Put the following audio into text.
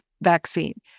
vaccine